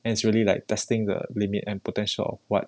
and it's really like testing the limit and potential what